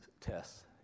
tests